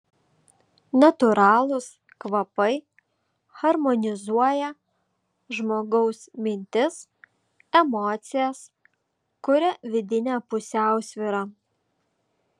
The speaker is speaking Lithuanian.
natūralūs kvapai harmonizuoja žmogaus mintis emocijas kuria vidinę pusiausvyrą